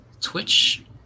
Twitch